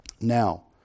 Now